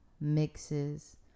mixes